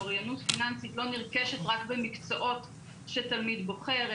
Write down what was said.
אוריינות פיננסית לא נרכשת רק במקצועות שתלמיד בוחר,